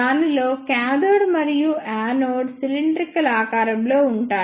దీనిలో కాథోడ్ మరియు anode cylindrical ఆకారంలో ఉంటాయి